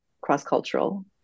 cross-cultural